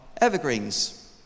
evergreens